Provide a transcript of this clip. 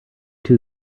two